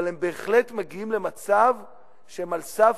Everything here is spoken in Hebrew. אבל הם בהחלט מגיעים למצב שהם על סף